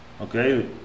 Okay